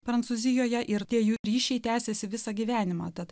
prancūzijoje ir tie jų ryšiai tęsėsi visą gyvenimą tad